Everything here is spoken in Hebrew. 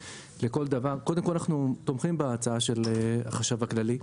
קודם כל אנחנו תומכים בהצעה של החשב הכללי,